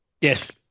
yes